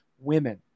women